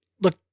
Look